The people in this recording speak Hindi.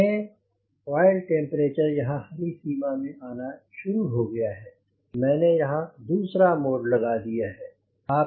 देखें आयल टेम्परेचर यहाँ हरी सीमा में आना शुरू हो गया है मैंने यहाँ दूसरा मोड लगा दिया है